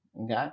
Okay